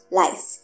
life